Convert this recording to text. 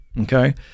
okay